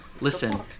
listen